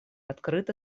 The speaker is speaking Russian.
открыто